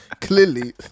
clearly